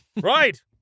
Right